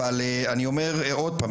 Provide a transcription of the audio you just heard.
אבל אני אומר עוד פעם,